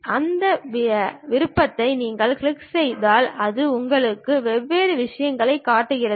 அந்த விருப்பத்தை நீங்கள் கிளிக் செய்தால் அது உங்களுக்கு வெவ்வேறு விஷயங்களைக் காட்டுகிறது